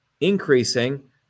increasing